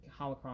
holocron